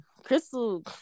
Crystal